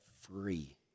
free